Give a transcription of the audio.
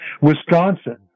Wisconsin